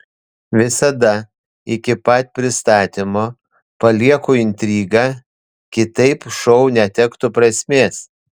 visada iki pat pristatymo palieku intrigą kitaip šou netektų prasmės